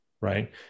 right